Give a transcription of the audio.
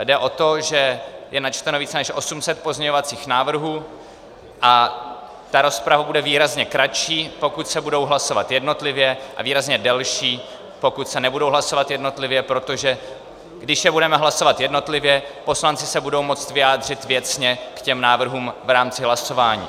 Jde o to, že je načteno více než 800 pozměňovacích návrhů a ta rozprava bude výrazně kratší, pokud se budou hlasovat jednotlivě, a výrazně delší, pokud se nebudou hlasovat jednotlivě, protože když je budeme hlasovat jednotlivě, poslanci se budou moci vyjádřit věcně k těm návrhům v rámci hlasování.